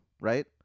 right